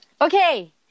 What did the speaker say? Okay